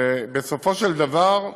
ובסופו של דבר,